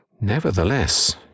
Nevertheless